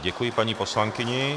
Děkuji paní poslankyni.